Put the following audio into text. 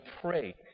pray